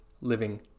Living